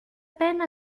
peine